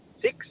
six